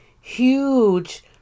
huge